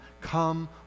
Come